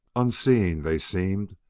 unseeing they seemed,